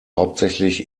hauptsächlich